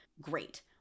Great